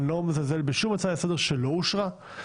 אני לא מזלזל בשום הצעה לסדר שלא אושרה,